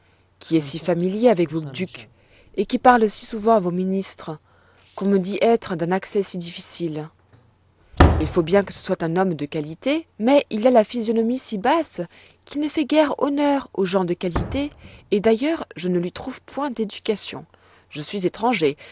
qui est si familier avec vos ducs et qui parle si souvent à vos ministres qu'on me dit d'être d'un accès si difficile il faut bien que ce soit un homme de qualité mais il a la physionomie si basse qu'il ne fait guère honneur aux gens de qualité et d'ailleurs je ne lui trouve point d'éducation je suis étranger